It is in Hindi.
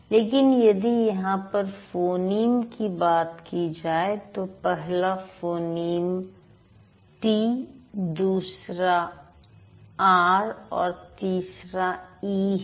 लेकिन यदि यहां पर फोनीम की बात की जाए तो पहला फोनीम टि दूसरा आर और तीसरा इ है